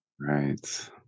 Right